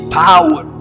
power